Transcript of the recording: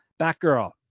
Batgirl